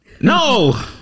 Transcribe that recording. No